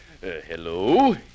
Hello